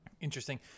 Interesting